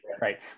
right